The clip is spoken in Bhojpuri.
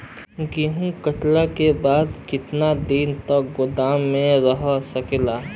गेहूँ कांटे के बाद कितना दिन तक गोदाम में रह सकेला?